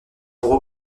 pour